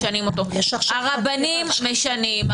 משנים אותו; הרבנים משנים,